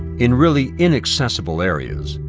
in really inaccessible areas,